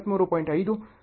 5 0 62